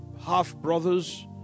half-brothers